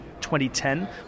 2010